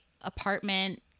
apartment